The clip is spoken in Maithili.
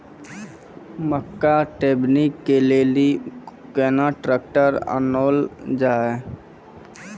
मक्का टेबनी के लेली केना ट्रैक्टर ओनल जाय?